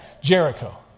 Jericho